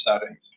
settings